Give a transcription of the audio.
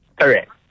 Correct